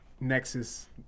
Nexus